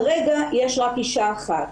כרגע יש רק אישה אחת.